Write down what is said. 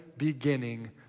beginning